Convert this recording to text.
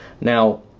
Now